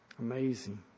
Amazing